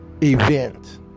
event